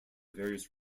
various